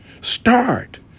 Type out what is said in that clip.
start